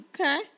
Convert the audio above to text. okay